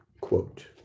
Quote